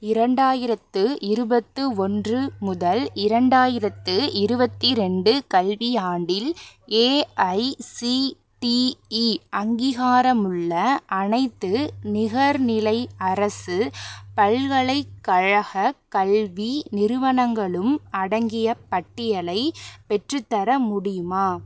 இரண்டாயிரத்தி இருபத்தி ஒன்று முதல் இரண்டாயிரத்து இருபத்தி ரெண்டு கல்வியாண்டில் ஏஐசிடிஇ அங்கீகாரமுள்ள அனைத்து நிகர்நிலை அரசு பல்கலைக்கழக கல்வி நிறுவனங்களும் அடங்கிய பட்டியலை பெற்றுத்தர முடியுமா